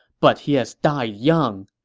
but he has died young,